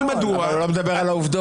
הוא לא מדבר על העובדות.